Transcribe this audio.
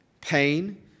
pain